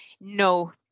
No